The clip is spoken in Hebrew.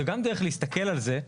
זה גם דרך להסתכל על זה.